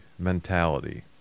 mentality